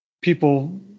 people